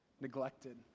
neglected